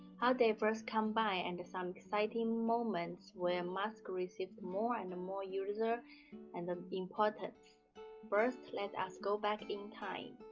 how they first come by and some exciting moments where masks received more and more users and um importance. first, let us go back in time.